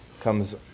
comes